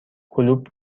کلوپ